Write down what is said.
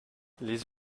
les